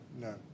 no